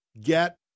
get